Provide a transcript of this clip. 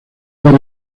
por